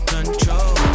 Control